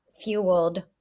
fueled